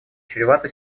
чревата